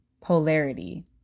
Polarity